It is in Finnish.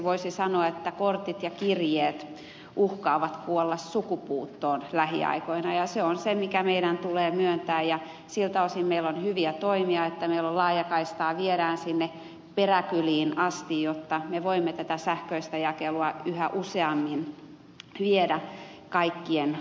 voisi sanoa että kortit ja kirjeet uhkaavat kuolla sukupuuttoon lähiaikoina ja se on se mikä meidän tulee myöntää ja siltä osin meillä on hyviä toimia että meillä laajakaistaa viedään sinne peräkyliin asti jotta me voimme tätä sähköistä jakelua yhä useammin viedä kaikkien koteihin